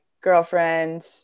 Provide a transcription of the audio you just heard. girlfriend